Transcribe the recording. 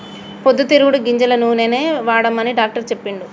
పొద్దు తిరుగుడు గింజల నూనెనే వాడమని డాక్టర్ చెప్పిండు